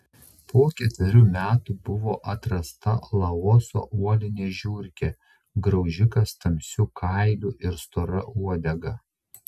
po ketverių metų buvo atrasta laoso uolinė žiurkė graužikas tamsiu kailiu ir stora uodega